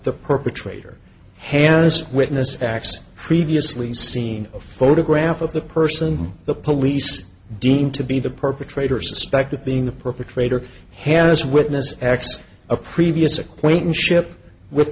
the perpetrator has witness x previously seen a photograph of the person the police deem to be the perpetrator suspect of being the perpetrator has witness x a previous acquaintanceship with